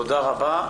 תודה רבה.